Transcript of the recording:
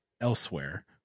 elsewhere